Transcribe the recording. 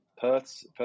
Perth's